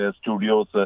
studios